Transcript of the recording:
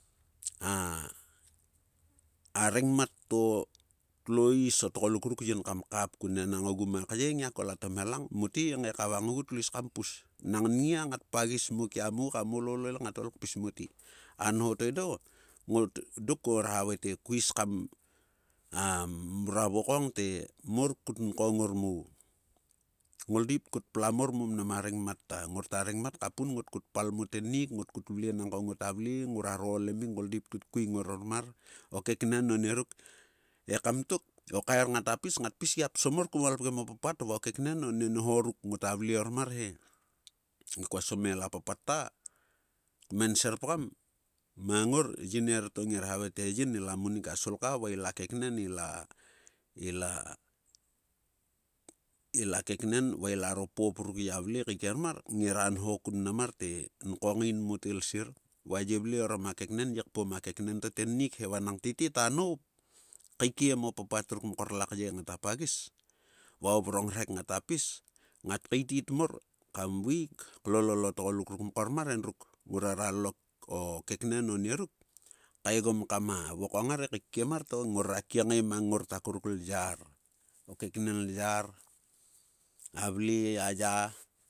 a rengmat to tlois o tgoluk ruk yin kam kap kun enang ogu ma kyei kavang ogu. kol ato mhelang mote he ngae kavang ogu. tlo is kam pis. Nang nngia ngat ol kpis mote. Anho to edo dok ngora havae te kais kam mrua vokong te. mor kut nkong ngor mo. Ngol deep tkut plam mor mo mnam rengmat ta. Ngorta rengmat pun ngot kut pal mo tennik. ngot kut vle enang ko ngota vle. ngora ro olemik. ngol deip tkut kuing ngor ormar. o keknen o nieruk. ekam tok. o kaer ngata pis. ngat pis gia psom mor kuo malpgem o papat va o keken o ne nho ruk ngo ta vle ormar he. E kua smel apapat ta. kmenserpgam. mang ngor yin erieto ngera havae te yin ila munik a sulka va ila keknen. va va ilaro pop ruk ya vle kaikiem mar ngera nho kun mnam mar te. nkong in mote isir. va ye vle orom a keknen. ye kpom a keknen to tennik he. vanang tete ta noup. kaikiem o papat ruk mkor lakye ngata pagis. va o vrong rhek ngata pis. ngat kaitit mor kam vaik lolol o tgoluk ruk mkor mar endruk ngore ra kaegom kama vo kong ngar he kaikiem mar to ngorak kkiengae mang ngor tokoruk lyar. O keknen lyar. a vle aya.